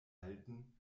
erhalten